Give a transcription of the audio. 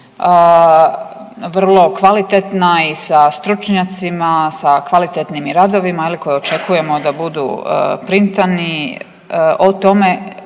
vrlo kvalitetna i sa stručnjacima, sa kvalitetnim i radovima koje očekujemo da budu printani,